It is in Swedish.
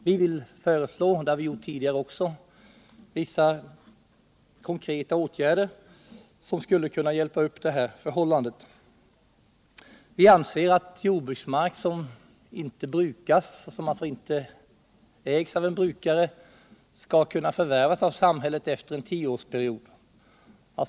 Vi vill föreslå — det har vi gjort tidigare också — vissa konkreta åtgärder, som skulle kunna ändra det här förhållandet. Vi anser att jordbruksmark som inte brukas, som inte ägs av en brukare, skall kunna förvärvas av samhället efter en tioårsperiod.